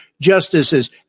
justices